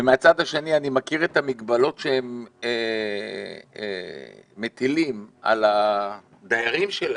ומהצד השני אני מכיר את המגבלות שהם מטילים על הדיירים שלהם,